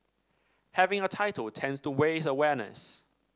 having a title tends to raise awareness